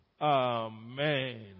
Amen